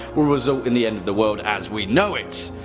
will result in the end of the world as we know it.